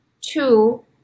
Two